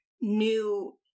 new